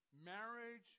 Marriage